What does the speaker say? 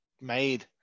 made